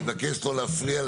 אני מבקש לא להפריע.